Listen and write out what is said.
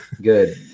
good